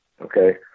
Okay